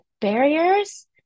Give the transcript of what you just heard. barriers